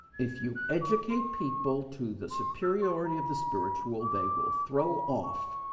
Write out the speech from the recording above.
if you educate people to the superiority of the spiritual, they will throw off